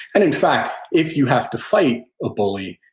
and in fact, if you have to fight a bully,